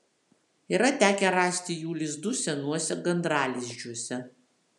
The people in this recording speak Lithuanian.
yra tekę rasti jų lizdų senuose gandralizdžiuose